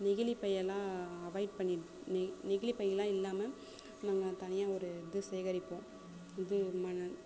நெகிழிப்பையெல்லாம் avoid பண்ணி நெகிழிப்பைலாம் இல்லாமல் நாங்கள் தனியாக ஒரு இது சேகரிப்போம் புது விதமான